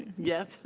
yes?